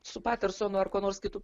su patersonu ar kuo nors kitu